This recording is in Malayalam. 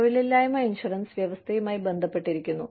തൊഴിലില്ലായ്മ ഇൻഷുറൻസ് വ്യവസ്ഥയുമായി ബന്ധപ്പെട്ടിരിക്കുന്നു